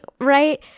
right